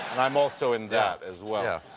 and i'm also in that as well.